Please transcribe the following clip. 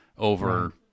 over